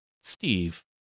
Steve